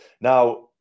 Now